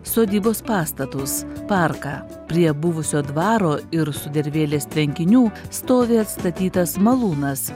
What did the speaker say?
sodybos pastatus parką prie buvusio dvaro ir sudervėlės tvenkinių stovi atstatytas malūnas